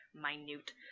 minute